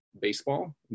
Baseball